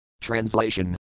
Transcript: Translation